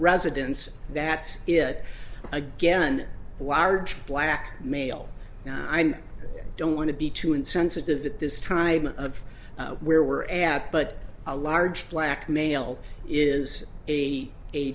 residence that's it again a large black male and i don't want to be too insensitive at this time of where we're at but a large black male is a a